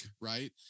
right